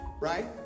right